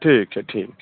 ठीक छै ठीक छै